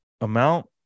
amount